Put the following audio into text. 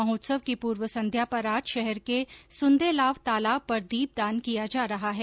महोत्सव की पूर्व संध्या पर आज शहर के सुन्देलाव तालाब पर दीपदान किया जा रहा है